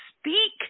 speak